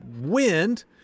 wind